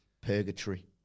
purgatory